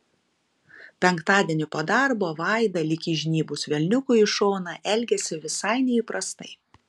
penktadienį po darbo vaida lyg įžnybus velniukui į šoną elgėsi visai neįprastai